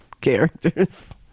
characters